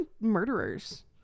murderers